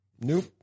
Nope